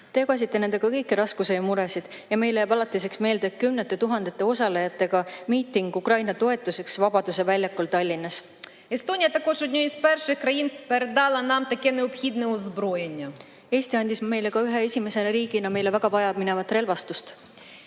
Te jagasite nendega kõiki raskusi ja muresid ning meile jääb alatiseks meelde kümnete tuhandete osalejatega miiting Ukraina toetuseks Vabaduse väljakul Tallinnas. Eesti oli ka üks esimesi riike, kes andis meile väga vajaminevat relvastust.